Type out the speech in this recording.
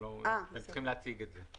אתם צריכים להציג את זה.